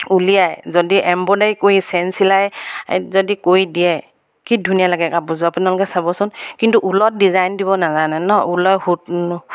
উলিয়াই যদি এম্ব্ৰইডাৰী কৰি চেন চিলাই যদি কৰি দিয়ে কি ধুনীয়া লাগে কাপোৰযোৰ আপোনালোকে চাবচোন কিন্তু ঊলত ডিজাইন দিব নাজানে ন ঊলৰ সূত